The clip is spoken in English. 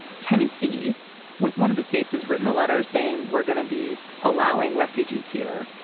tennessee was one of the states has written a letter saying we're going to be allowing refugees here.